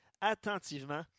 attentivement